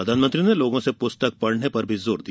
प्रधानमंत्री ने लोगों से पुस्तक पढ़ने पर भी जोर दिया